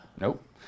Nope